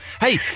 Hey